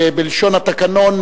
בלשון התקנון,